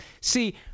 See